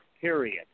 period